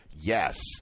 Yes